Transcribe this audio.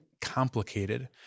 complicated